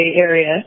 Area